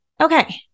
Okay